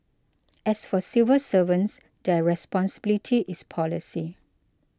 as for civil servants their responsibility is policy